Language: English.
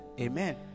amen